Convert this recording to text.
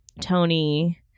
Tony